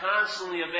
constantly